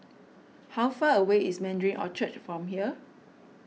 how far away is Mandarin Orchard from here